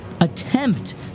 attempt